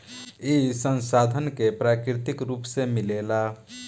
ई संसाधन के प्राकृतिक रुप से मिलेला